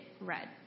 red